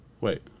Wait